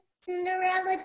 Cinderella